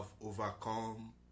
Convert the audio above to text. overcome